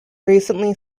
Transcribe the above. recently